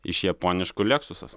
iš japoniškų leksusas